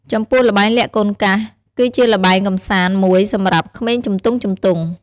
ចំពោះល្បែងលាក់កូនកាស គឺជាល្បែងកម្សាន្តមួយសម្រាប់ក្មេងជំទង់ៗ។